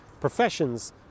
professions